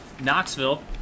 Knoxville